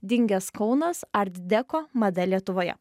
dingęs kaunas artdeko mada lietuvoje